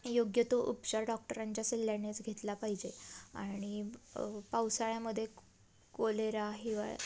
योग्य तो उपचार डॉक्टरांच्या सल्ल्यानेच घेतला पाहिजे आणि पावसाळ्यामध्ये कोलेरा हिवाळ्या